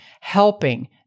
helping